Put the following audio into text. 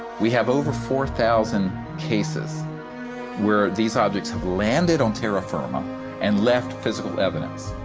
we have over four thousand cases where these objects have landed on terra firma and left physical evidence.